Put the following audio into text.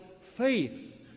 faith